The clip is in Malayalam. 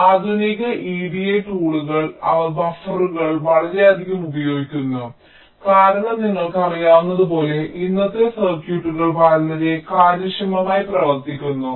അതിനാൽ ആധുനിക EDA ടൂളുകൾ അവർ ബഫറുകൾ വളരെയധികം ഉപയോഗിക്കുന്നു കാരണം നിങ്ങൾക്കറിയാവുന്നതുപോലെ ഇന്നത്തെ സർക്യൂട്ടുകൾ വളരെ കാര്യക്ഷമമായി പ്രവർത്തിക്കുന്നു